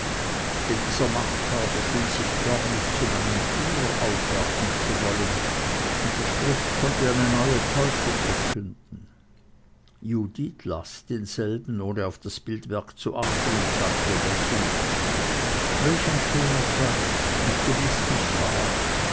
dieser machthaber schien sich förmlich zu meinem führer aufwerfen zu wollen und der spruch konnte eine neue täuschung verkünden judith las denselben ohne auf das bildwerk zu achten und sagte lächelnd welch ein schöner vers und gewißlich wahr